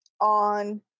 on